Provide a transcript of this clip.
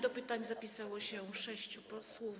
Do pytań zapisało się sześciu posłów.